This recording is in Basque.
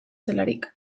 zelarik